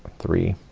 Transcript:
three,